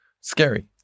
Scary